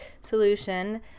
solution